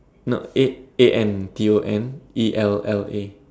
no a A N T O N E L L A